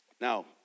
Now